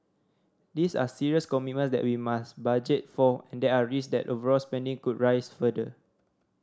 these are serious commitments that we must budget for and there are risk that overall spending could rise further